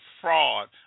fraud